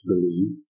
believe